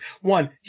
One